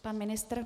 Pan ministr?